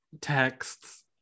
texts